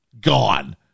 gone